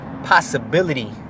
Possibility